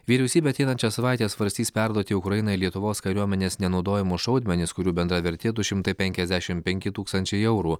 vyriausybė ateinančią savaitę svarstys perduoti ukrainai lietuvos kariuomenės nenaudojamus šaudmenis kurių bendra vertė du šimtai penkiasdešimt penki tūkstančiai eurų